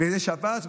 איזו שבת,